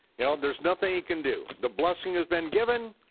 you know, there's nothing he can do, the blessing has been given,